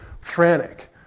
frantic